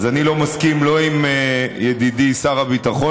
אז אני לא מסכים לא עם ידידי שר הביטחון